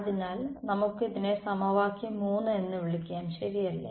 അതിനാൽ നമുക്ക് ഇതിനെ സമവാക്യം 3 എന്ന് വിളിക്കാം ശരിയല്ലേ